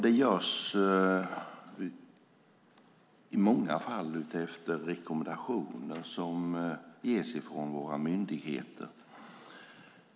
Det görs i många fall utifrån rekommendationer som ges från våra myndigheter.